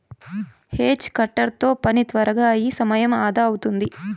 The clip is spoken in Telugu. హేజ్ కటర్ తో పని త్వరగా అయి సమయం అదా అవుతాది